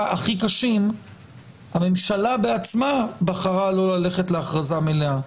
הכי קשים הממשלה בעצמה בחרה לא ללכת להכרזה מלאה.